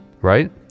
Right